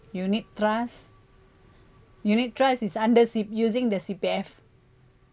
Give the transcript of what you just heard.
unit trust unit trust is under C using the C_P_F